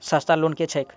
सस्ता लोन केँ छैक